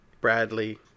Bradley